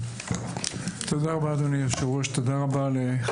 תודה רבה אדוני היושב-ראש,